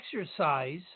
exercise